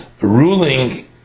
Ruling